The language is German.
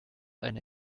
eine